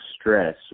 stress